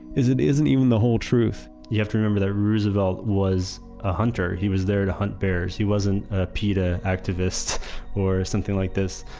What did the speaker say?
is it isn't even the whole truth you have to remember that roosevelt was a hunter. he was there to hunt bears. he wasn't a peta activist or something like this.